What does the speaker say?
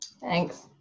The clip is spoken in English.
Thanks